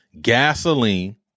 gasoline